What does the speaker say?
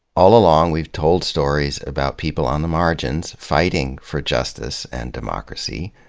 all along, we've told stories about people on the margins fighting for justice and democracy,